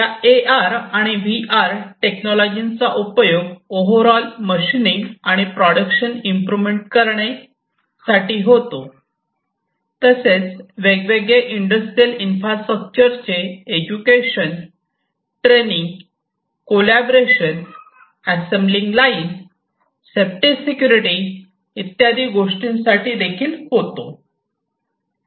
या A R आणि V R टेक्नॉलॉजीचा उपयोग ओव्हरऑल मशिंनिंग आणि प्रोडक्शन इंप्रूमेंट करणे करण्यासाठी होतो तसेच वेगवेगळे इंडस्ट्रियल इन्फ्रास्ट्रक्चरचे education training collaboration assembly line safety security इत्यादी गोष्टींसाठी देखील होतो